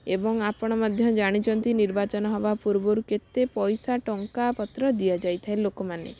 ଏବଂ ଆପଣ ମଧ୍ୟ ଜାଣିଛନ୍ତି ନିର୍ବାଚନ ହେବା ପୂର୍ବରୁ କେତେ ପଇସା ଟଙ୍କା ପତ୍ର ଦିଆଯାଇଥାଏ ଲୋକମାନେ